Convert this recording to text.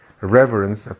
reverence